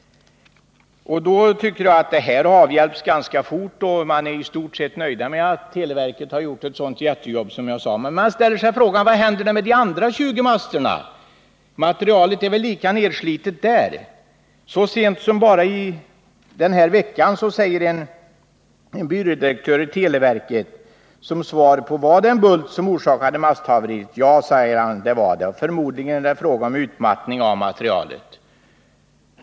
Det här aktuella fallet avhjälptes ganska fort, och människorna är i stort sett nöjda med att televerket gjort ett jättejobb, men man ställer sig ändå frågan: Vad händer med de andra 20 masterna? Materialet är väl lika nedslitet där. Så sent som i den här veckan svarade en byrådirektör i televerket ja på frågan: Var det en bult som orsakade masthaveriet? Förmodligen är det, sade han, en fråga om utmattning av materialet.